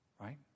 Right